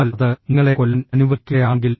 എന്നാൽ അത് നിങ്ങളെ കൊല്ലാൻ അനുവദിക്കുകയാണെങ്കിൽ